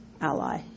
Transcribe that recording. ally